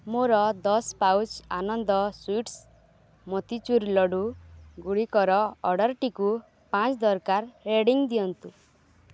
ମୋର ଦଶ pouch Anand sweets motichoor ଲଡ଼ୁଗୁଡ଼ିକର ଅର୍ଡ଼ର୍ଟିକୁ ପାଞ୍ଚ ଦରକାର ରେଟିଂ ଦିଅନ୍ତୁ